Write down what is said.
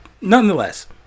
Nonetheless